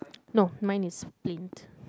no mine is plain